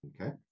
Okay